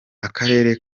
akarere